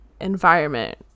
environment